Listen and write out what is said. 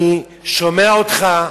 אני שומע אותך,